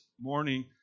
morning